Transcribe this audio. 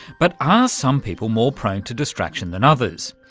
but are some people more prone to distraction than others?